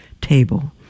table